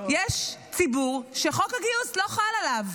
יש ציבור שחוק הגיוס לא חל עליו.